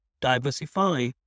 diversify